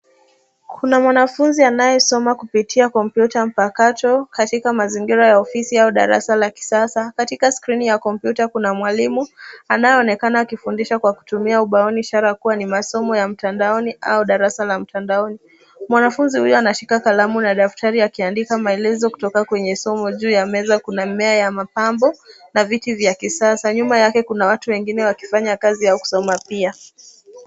Kuna mwanafunzi anayesoma kupitia kompyuta mpakato katika mazingira ya ofisi au darasa la kisasa. Katika skrini ya kompyuta kuna mwalimu anayeonekana akifundisha kwa kutumia ubao ni ishara kuwa ni masomo ya mtandaoni au darasa la mtandaoni. Mwanafunzi huyu anashika kalama na daftari akiandika maelezo kutoka kwenye somo. Juu ya meza kuna mmea ya mapambo na viti vya kisasa. Nyuma yake kuna watu wengine wakifanya kazi ya kusoma pia.